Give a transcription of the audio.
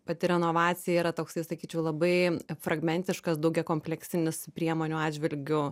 pati renovacija yra toksai sakyčiau labai fragmentiškas daugiakompleksinis priemonių atžvilgiu